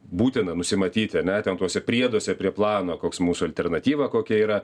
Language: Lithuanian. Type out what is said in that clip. būtina nusimatyti ane ten tuose prieduose prie plano koks mūsų alternatyva kokia yra